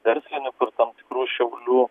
verslininkų ir tam tikrų šiaulių